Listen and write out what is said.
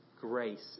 grace